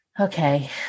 Okay